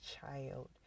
child